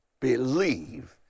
believe